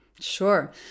Sure